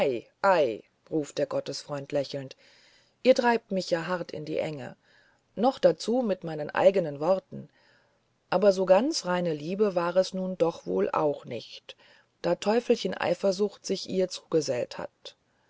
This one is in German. ruft der gottesfreund lächelnd ihr treibt mich ja hart in die enge noch dazu mit meinen eigenen worten aber so ganz reine liebe war es nun doch wohl auch nicht da teufelchen eifersucht sich ihr zugesellt hatte